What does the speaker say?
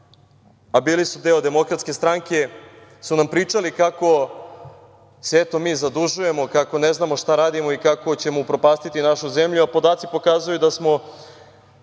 a bili su deo Demokratske stranke, su nam pričali kako se mi zadužujemo, kako ne znamo šta radimo i kako ćemo upropastiti našu zemlju, a podaci pokazuju da smo